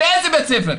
באיזה בית ספר?